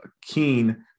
keen